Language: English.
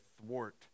thwart